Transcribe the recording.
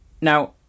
Now